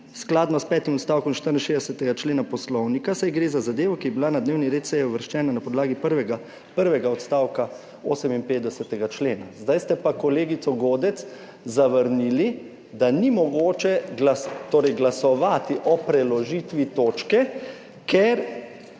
skladno s petim odstavkom 64. člena Poslovnika, saj gre za zadevo, ki je bila na dnevni red seje uvrščena na podlagi prvega odstavka 58. člena. Zdaj ste pa kolegico Godec zavrnili, da ni mogoče torej glasovati o preložitvi točke ker,